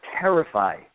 terrify